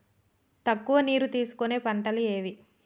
తక్కువ నీరు తీసుకునే పంటలు ఏవి?